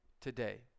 today